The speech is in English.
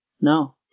No